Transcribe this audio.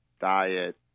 diet